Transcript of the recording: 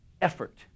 effort